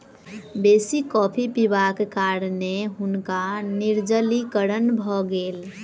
बेसी कॉफ़ी पिबाक कारणें हुनका निर्जलीकरण भ गेल